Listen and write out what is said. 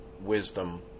wisdom